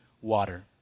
water